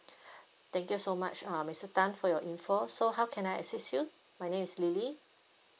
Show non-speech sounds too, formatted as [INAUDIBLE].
[BREATH] thank you so much uh mister tan for your info so how can I assist you my name is lily